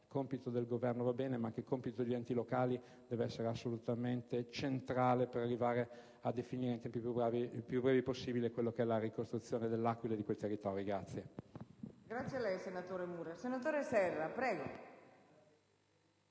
dei compiti del Governo, ma anche il compito degli enti locali deve essere assolutamente centrale per arrivare a definire nei tempi più brevi possibili la ricostruzione dell'Aquila e dei territori